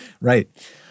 Right